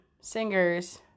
singers